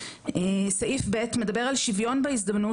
סעיף ב' מדבר על שוויון בהזדמנות,